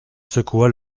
secoua